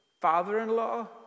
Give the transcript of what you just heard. father-in-law